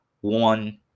one